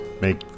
make